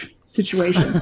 situation